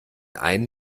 einen